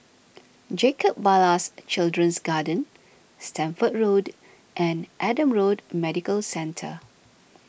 Jacob Ballas Children's Garden Stamford Road and Adam Road Medical Centre